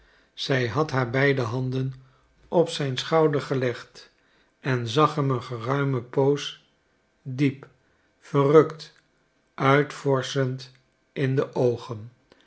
zij had haar beide handen op zijn schouder gelegd en zag hem een geruimen poos diep verrukt uitvorschend in de oogen